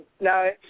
no